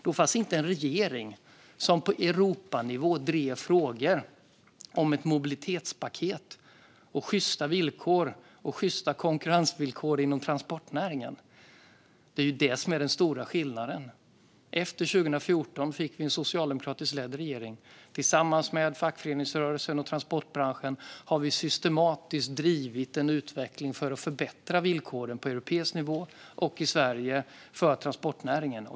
Då fanns inte en regering som på Europanivå drev frågor om ett mobilitetspaket, sjysta villkor och sjysta konkurrensvillkor inom transportnäringen. Det är den stora skillnaden. Efter 2014 fick vi en socialdemokratiskt ledd regering. Tillsammans med fackföreningsrörelsen och transportbranschen har vi systematiskt drivit en utveckling för att förbättra villkoren på europeisk nivå och i Sverige för transportnäringen.